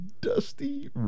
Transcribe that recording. Dusty